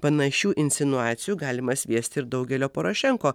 panašių insinuacijų galima sviesti ir daugelio porašenko